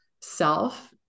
self